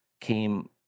came